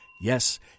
Yes